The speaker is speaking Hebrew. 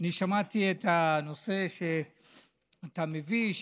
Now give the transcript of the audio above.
שמעתי את הנושא שאתה מביא,